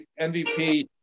MVP